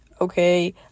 Okay